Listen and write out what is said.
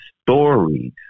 stories